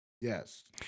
Yes